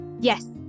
Yes